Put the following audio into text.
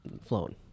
flown